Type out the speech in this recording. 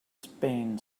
spain